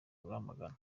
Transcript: rwamagana